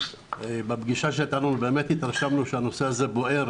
בפגישה שהייתה לנו באמת התרשמנו שהנושא הזה בוער